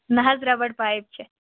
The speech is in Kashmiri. نہ حظ رَبڈ پایِپ چھِ